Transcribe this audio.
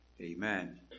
amen